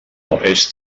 ells